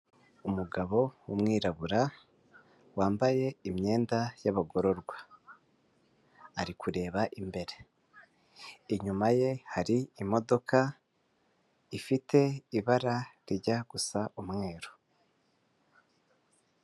Umugabo w'umwirabura wambaye imyenda y'abagororwa. Ari kureba imbere inyuma ye hari imodoka ifite ibara rijya gusa umweru.